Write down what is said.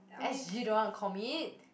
S_G don't want to commit